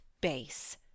base